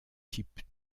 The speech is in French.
type